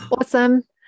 awesome